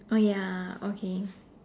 oh ya okay